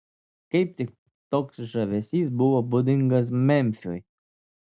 kaip tik toks žavesys buvo būdingas memfiui